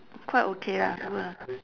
quite okay lah good ah